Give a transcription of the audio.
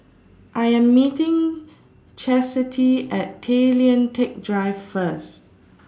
I Am meeting Chasity At Tay Lian Teck Drive First